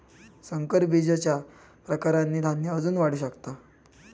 संकर बीजच्या प्रकारांनी धान्य अजून वाढू शकता